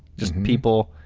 just people,